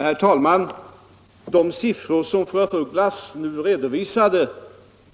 Herr talman! De siffror som fru af Ugglas nu redovisade